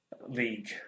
League